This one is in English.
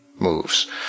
moves